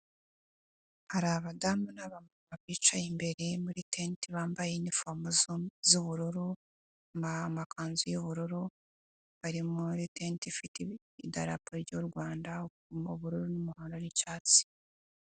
Hari abadamu n'abamama bicaye imbere muri tente bambaye inifomo z'ubururu amakanzu y'ubururu. Bari muri tente ifite idarapa ry'u Rwanda mu bururu n'umuhondo n'icyatsi.